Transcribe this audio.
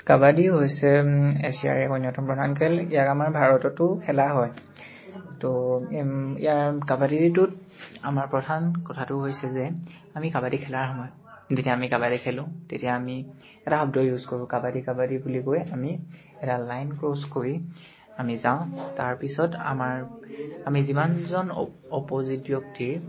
কাবাডী হৈছে এছিয়াৰ এক অন্যতম প্ৰধান খেল ইয়াক আমাৰ ভাৰততো খেলা হয় তো ইয়াৰ কাবাডী এইটোত আমাৰ প্ৰধান কথাটো হৈছে যে আমি কাবাডী খেলাৰ সময়ত যেতিয়া আমি কাবাডী খেলোঁ তেতিয়া আমি এটা শব্দ ইউজ কৰোঁ কাবাডী কাবাডী বুলি কৈ আমি এটা লাইন ক্ৰছ কৰি আমি যাওঁ তাৰপিছত আমাৰ আমি যিমানজন অপ অপ'জিট ব্যক্তিৰ